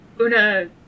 Una